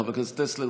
חבר הכנסת טסלר,